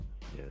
Yes